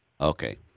Okay